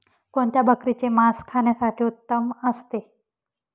कोणत्या बकरीचे मास खाण्यासाठी उत्तम असते?